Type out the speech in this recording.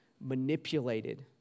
manipulated